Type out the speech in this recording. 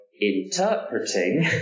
interpreting